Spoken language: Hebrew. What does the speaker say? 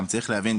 גם צריך להבין,